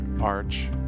arch